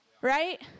right